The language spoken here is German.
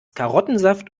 karottensaft